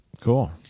cool